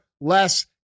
less